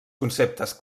conceptes